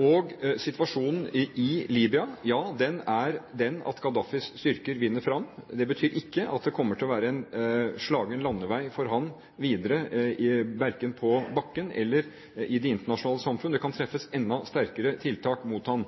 Og situasjonen i Libya er den at Gaddafis styrker vinner fram. Det betyr ikke at det kommer til å være en slagen landevei for ham videre, verken på bakken eller i det internasjonale samfunn. Det kan treffes enda sterkere tiltak mot ham.